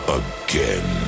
again